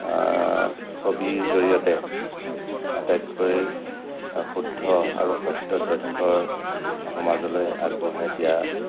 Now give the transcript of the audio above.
ছবিৰ জৰিয়তে আটাইতকৈ শুদ্ধ আৰু সত্য তথ্যৰ সমাজলৈ আগবঢ়াই দিয়া